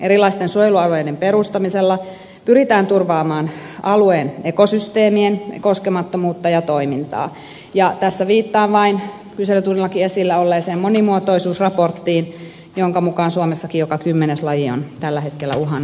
erilaisten suojelualueiden perustamisella pyritään turvaamaan alueen ekosysteemien koskemattomuutta ja toimintaa ja tässä viittaan vain kyselytunnillakin esillä olleeseen monimuotoisuusraporttiin jonka mukaan suomessakin joka kymmenes laji on tällä hetkellä uhanalainen